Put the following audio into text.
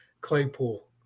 Claypool